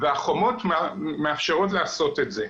והחומות מאפשרות לעשות את זה.